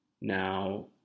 Now